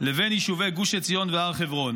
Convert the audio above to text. לבין יישובי גוש עציון והר חברון.